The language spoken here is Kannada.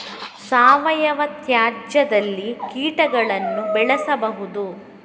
ಸಾವಯವ ತ್ಯಾಜ್ಯದಲ್ಲಿ ಕೀಟಗಳನ್ನು ಬೆಳೆಸಬಹುದು